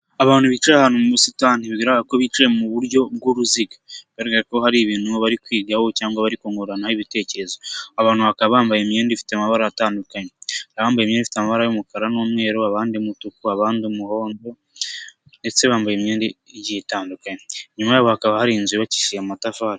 Abantu bicaye ahantu mu busitani bigaragara ko bicaye mu buryo bw'uruziga, bigaragara ko hari ibintu bari kwigaho cyangwa bari kungurana ibitekerezo, abantu bakaba bambaye imyenda ifite amabara atandukanye, hari abambaye imyenda ifite amabara y'umukara n'umweru, abandi umutuku, abandi umuhondo ndetse bambaye imyenda igiye itandukanye, inyuma yabo hakaba hari inzu yubakishije amatafari.